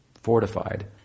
fortified